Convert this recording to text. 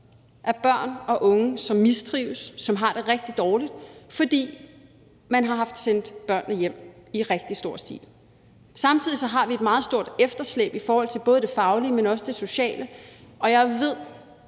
og børn og unge mistrives og har det rigtig dårligt, fordi de er blevet sendt hjem i rigtig stor stil. Samtidig har vi et meget stort efterslæb i forhold til både det faglige, men også det sociale, og jeg ved,